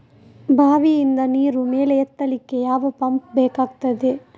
ಬಾವಿಯಿಂದ ನೀರು ಮೇಲೆ ಎತ್ತಲಿಕ್ಕೆ ಯಾವ ಪಂಪ್ ಬೇಕಗ್ತಾದೆ?